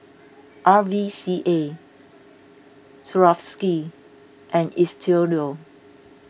R V C A Swarovski and Istudio